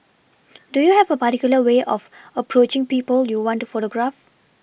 do you have a particular way of approaching people you want to photograph